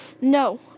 No